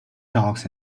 dogs